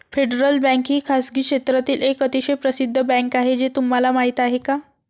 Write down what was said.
Federal bank ही खासगी क्षेत्रातील एक अतिशय प्रसिद्ध बँक आहे हे तुम्हाला माहीत आहे का?